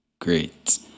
Great